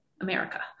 America